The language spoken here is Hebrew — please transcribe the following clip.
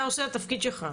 אתה עושה את התפקיד שלך.